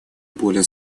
более